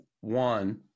one